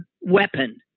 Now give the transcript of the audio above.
weapon